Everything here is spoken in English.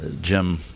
Jim